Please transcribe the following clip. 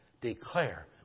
declare